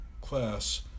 class